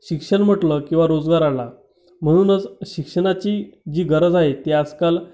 शिक्षण म्हटलं किवा रोजगार आला म्हणूनच शिक्षणाची जी गरज आहे ते आजकाल